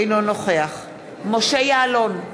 אינו נוכח משה יעלון,